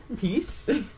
Peace